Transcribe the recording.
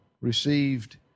received